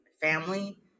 family